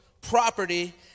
property